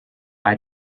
eye